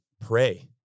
pray